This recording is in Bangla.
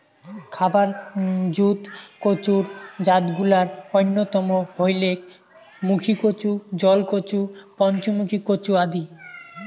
খাবার জুত কচুর জাতগুলার অইন্যতম হইলেক মুখীকচু, জলকচু, পঞ্চমুখী কচু আদি